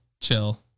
Chill